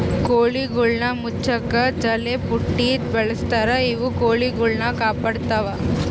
ಕೋಳಿಗುಳ್ನ ಮುಚ್ಚಕ ಜಲ್ಲೆಪುಟ್ಟಿ ಬಳಸ್ತಾರ ಇವು ಕೊಳಿಗುಳ್ನ ಕಾಪಾಡತ್ವ